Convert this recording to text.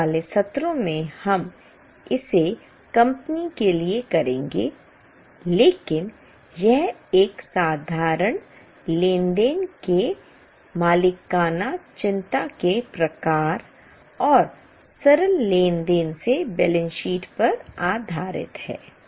आने वाले सत्रों में हम इसे कंपनी के लिए करेंगे लेकिन यह एक साधारण लेनदेन के मालिकाना चिंता के प्रकार और सरल लेनदेन से बैलेंस शीट पर आधारित है